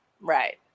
Right